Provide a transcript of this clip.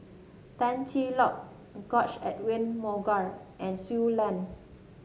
Tan Cheng Lock George Edwin Mogaar and Shui Lan